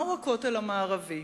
מהו הכותל המערבי?